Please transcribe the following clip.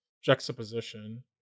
juxtaposition